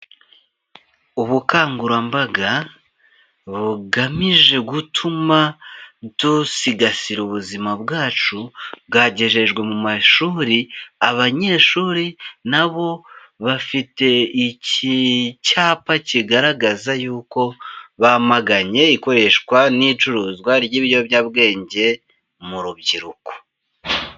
Ubukangurambaga bugamije gutuma dusigasira ubuzima bwacu bwagejejwe mu mashuri, abanyeshuri na bo bafite iki cyapa kigaragaza yuko bamaganye ikoreshwa n'icuruzwa ry'ibiyobyabwenge mu rubyiruko.